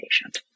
patient